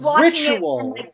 ritual